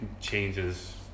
changes